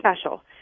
special